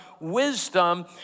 wisdom